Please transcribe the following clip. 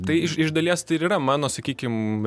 tai iš iš dalies tai ir yra mano sakykim